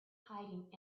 hiding